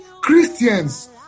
Christians